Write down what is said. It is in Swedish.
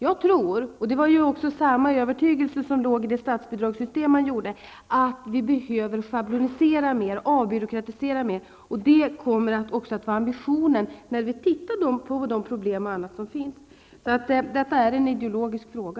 Jag tror, och det var samma övertygelse som låg i statsbidragssystemet, att vi behöver skapa fler schabloner, avbyråkratisera osv. Det kommer att vara ambitionen när vi skall se över problemen. Detta är en ideologisk fråga.